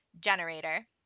generator